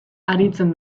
aritzen